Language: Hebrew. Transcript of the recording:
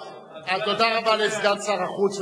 תודה רבה לסגן שר החוץ.